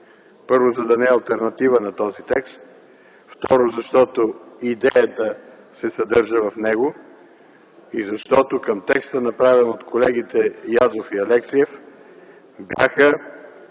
първо, за да не е алтернатива на този текст; второ, защото идеята се съдържа в него и защото към текста, направен от колегите Язов и Алексиев, бяха